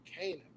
Canaan